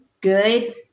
good